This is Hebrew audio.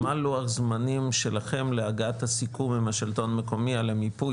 מה לוח זמנים שלכם להגעת הסיכום עם השלטון המקומי למיפוי,